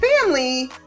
family